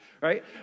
Right